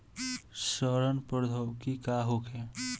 सड़न प्रधौगिकी का होखे?